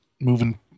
moving